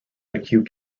acute